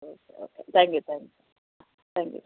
okay okay thank you thank you thank you